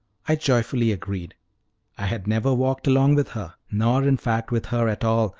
i joyfully agreed i had never walked alone with her, nor, in fact, with her at all,